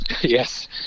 yes